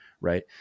right